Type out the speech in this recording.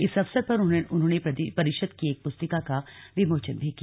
इस अवसर पर उन्होंने परिषद की एक पुस्तिका का विमोचन भी किया